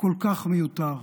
כל כך מיותר.